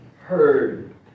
heard